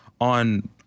on